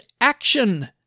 action